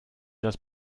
das